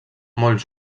molt